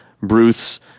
Bruce